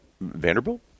Vanderbilt